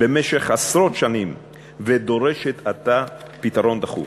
במשך עשרות שנים ודורשת עתה פתרון דחוף.